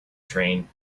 train